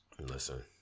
Listen